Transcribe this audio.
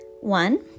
One